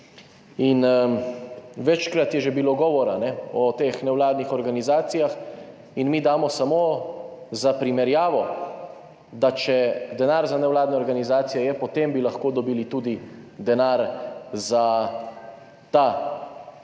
Večkrat je že bilo govora o teh nevladnih organizacijah in mi damo samo za primerjavo, da če je denar za nevladne organizacije, potem bi lahko dobili denar tudi za